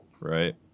right